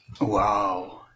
Wow